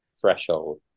threshold